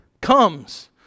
comes